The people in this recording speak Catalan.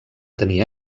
tenir